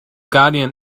guardian